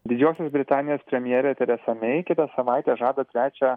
didžiosios britanijos premjerė teresa mei kitą savaitę žada trečią